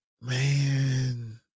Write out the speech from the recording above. man